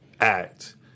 act